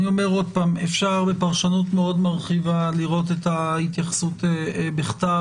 אפשר בפרשנות מאוד מרחיבה לראות את ההתייחסות בכתב,